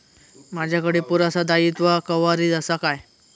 माजाकडे पुरासा दाईत्वा कव्हारेज असा काय?